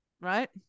Right